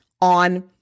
on